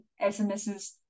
SMSs